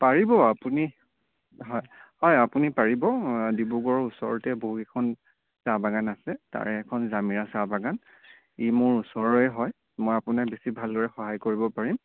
পাৰিব আপুনি হয় হয় আপুনি পাৰিব ডিব্ৰুগড়ৰ ওচৰতে বহুকেইখন চাহ বাগান আছে তাৰে এখন জামিৰা চাহ বাগান ই মোৰ ওচৰৰে হয় মই আপোনাক বেছি ভালদৰে সহায় কৰিব পাৰিম